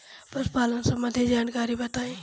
पशुपालन सबंधी जानकारी बताई?